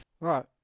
Right